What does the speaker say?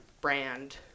brand